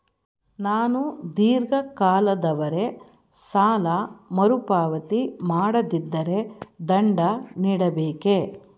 ನಾನು ಧೀರ್ಘ ಕಾಲದವರೆ ಸಾಲ ಮರುಪಾವತಿ ಮಾಡದಿದ್ದರೆ ದಂಡ ನೀಡಬೇಕೇ?